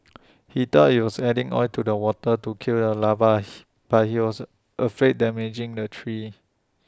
he thought he was adding oil to the water to kill the larvae he but he was afraid damaging the tree